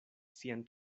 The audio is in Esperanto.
sian